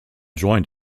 joined